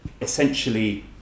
essentially